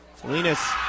Salinas